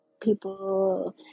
people